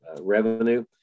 revenue